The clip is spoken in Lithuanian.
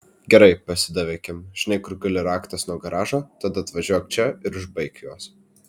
gerai pasidavė kim žinai kur guli raktas nuo garažo tad atvažiuok čia ir užbaik juos